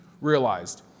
realized